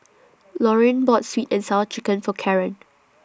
Lauryn bought Sweet and Sour Chicken For Karen